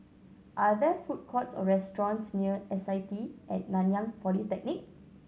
are there food courts or restaurants near S I T At Nanyang Polytechnic